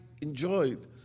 enjoyed